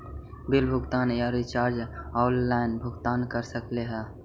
Bill भुगतान या recharge online भुगतान कर सकते हैं?